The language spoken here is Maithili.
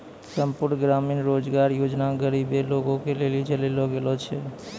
संपूर्ण ग्रामीण रोजगार योजना गरीबे लोगो के लेली चलैलो गेलो छै